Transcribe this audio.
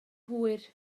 hwyr